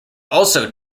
also